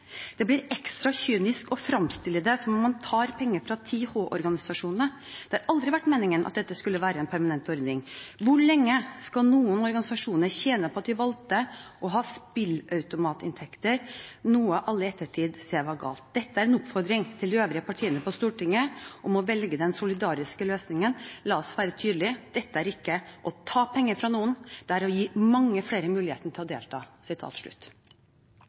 Det blir ekstra kynisk å framstille det som at man tar penger fra 10H-organisasjonene. Det har aldri vært meningen at dette skulle være en permanent ordning. Hvor lenge skal noen organisasjoner tjene på at de valgte å ha spilleautomatinntekter, noe alle i ettertid ser var galt? Dette er en oppfordring til de øvrige partiene på Stortinget om å velge den solidariske løsningen. La oss være tydelige: Dette er ikke å ta penger fra noen – det er å gi mange flere muligheten til å delta.»